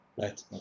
Right